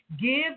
Give